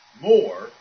more